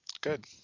Good